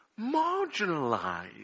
marginalized